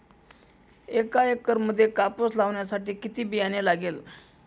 एका एकरामध्ये कापूस लावण्यासाठी किती बियाणे लागेल?